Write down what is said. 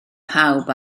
pawb